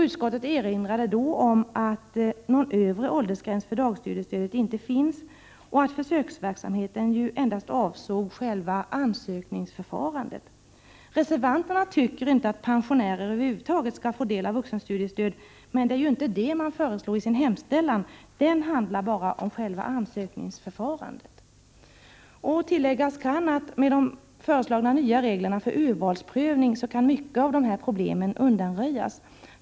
Utskottet erinrade då om att någon övre åldersgräns för dagstudiestödet inte finns och att försöksverksamheten endast avsåg själva ansökningsförfarandet. Reservanterna tycker inte att pensionärer över huvud taget skall få del av vuxenstudiestöd, men det är inte det man föreslår i sin hemställan; den handlar bara om själva ansökningsförfarandet. Tilläggas kan att med de föreslagna nya reglerna för urvalsprövningen kan många av de här problemen undanröjas.